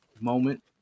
moment